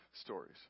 stories